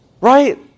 Right